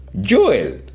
Joel